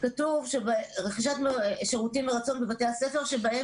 כתוב רכישת שירותים מרצון בבתי הספר שבהם